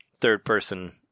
third-person